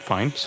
Fine